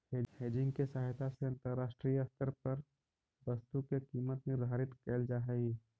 hedging के सहायता से अंतरराष्ट्रीय स्तर पर वस्तु के कीमत निर्धारित कैल जा हई